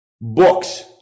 books